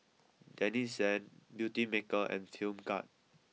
Denizen Beautymaker and Film Grade